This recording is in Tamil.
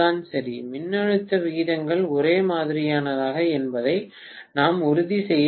சரி மின்னழுத்த விகிதங்கள் ஒரே மாதிரியானவை என்பதை நாம் உறுதி செய்ய வேண்டும்